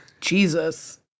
Jesus